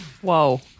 Whoa